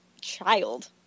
child